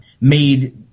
made –